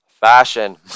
fashion